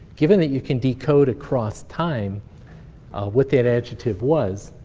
given that you can decode across time what that adjective was,